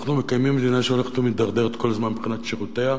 אנחנו מקיימים מדינה שהולכת ומידרדרת כל הזמן מבחינת שירותיה,